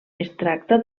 tracta